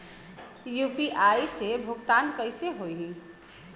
UPI से भुगतान कइसे होहीं?